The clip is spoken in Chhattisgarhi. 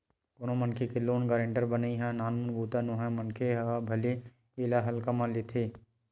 कोनो मनखे के लोन के गारेंटर बनई ह नानमुन बूता नोहय मनखे मन ह भले एला हल्का म ले लेथे